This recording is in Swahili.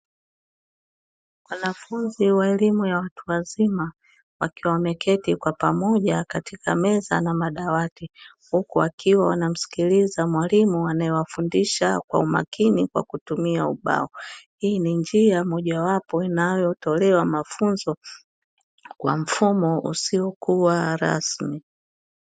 Wanafunzi, walimu, na watu wazima wakiwa wameketi kwa pamoja katika meza na madawati, huku wakiwa wanamsikiliza mwalimu anayewafundisha kwa umakini kwa kutumia ubao. Hii ni njia mojawapo inayotolewa mafunzo kwa mfumo usiokuwa rasmi.